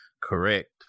Correct